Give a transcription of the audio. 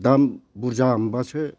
दाम बुरजा मोनब्लासो